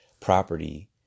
property